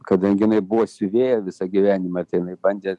kadangi jinai buvo siuvėja visą gyvenimą tai jinai bandė